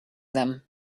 them